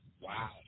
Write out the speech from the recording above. Wow